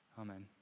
Amen